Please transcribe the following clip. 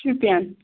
Shopian